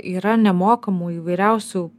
yra nemokamų įvairiausių